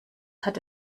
hatte